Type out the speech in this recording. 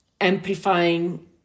amplifying